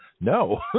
No